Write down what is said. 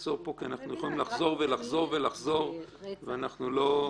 הנסיבות לחומרה המיוחדות יתגברו גם על המיתון שאנחנו רואים בקנטור.